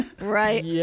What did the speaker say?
Right